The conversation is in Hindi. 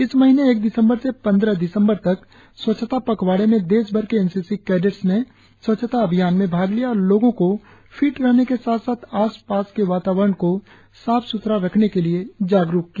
इस महीनें एक दिसम्बर से पंद्रह दिसंबर तक स्वच्छता पखवाड़े में देश भर के एन सी सी कैडेटंस ने स्वच्छता अभियान में भाग लिया और लोगो को फिट रहने के साथ साथ आसपास के वातावरण को साफ सुथरा रखने के लिए जागरुक किया